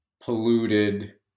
polluted